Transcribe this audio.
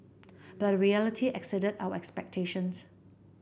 but the reality exceeded our expectations